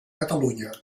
catalunya